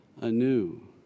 anew